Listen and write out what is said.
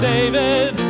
David